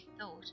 thought